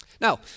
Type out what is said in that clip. Now